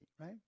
right